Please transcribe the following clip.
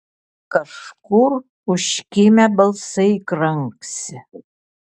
kažkur užkimę balsai kranksi